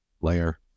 layer